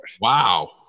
Wow